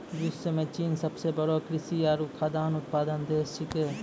विश्व म चीन सबसें बड़ो कृषि आरु खाद्यान्न उत्पादक देश छिकै